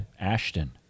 Ashton